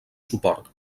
suport